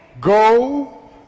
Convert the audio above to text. Go